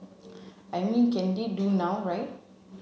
I mean can they do now right